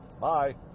Bye